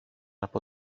από